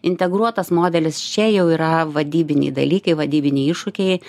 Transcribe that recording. integruotas modelis čia jau yra vadybiniai dalykai vadybiniai iššūkiai